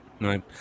Right